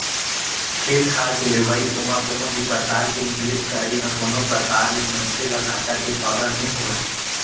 खेत खार के लेवई ओमा कोनो भी परकार के निवेस करई ह कोनो प्रकार ले मनसे ल घाटा के सौदा नइ होय